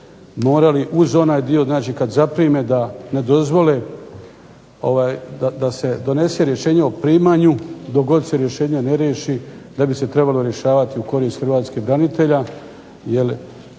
morali uz onaj dio, znači kad zaprime da ne dozvole da se donese rješenje o primanju dok god se rješenje ne riješi da bi se trebalo rješavati u korist hrvatskih branitelja